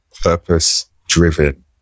purpose-driven